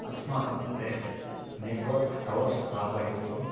अस्माकं कृते network tower स्थापयितवान्